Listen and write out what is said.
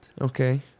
Okay